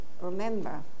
remember